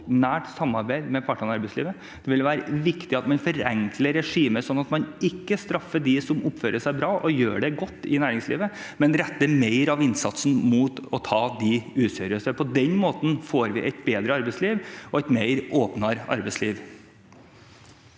nært samarbeid med partene i arbeidslivet. Det vil være viktig at man forenkler regimet sånn at man ikke straffer dem som oppfører seg bra og gjør det godt i næringslivet, men retter mer av innsatsen mot å ta de useriøse. På den måten får vi et bedre arbeidsliv og et åpnere arbeidsliv.